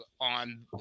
on